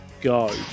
go